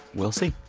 we'll see